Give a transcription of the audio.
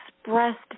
expressed